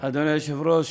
אדוני היושב-ראש,